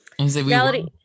reality-